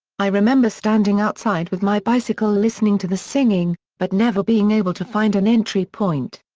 i remember standing outside with my bicycle listening to the singing, but never being able to find an entry point.